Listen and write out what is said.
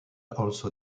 also